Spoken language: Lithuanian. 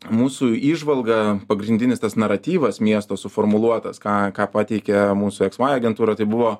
mūsų įžvalga pagrindinis tas naratyvas miesto suformuluotas ką ką pateikia mūsų eks uai agentūra tai buvo